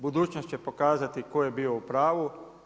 Budućnost će pokazati tko je bio u pravu.